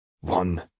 One